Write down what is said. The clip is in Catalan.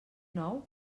nou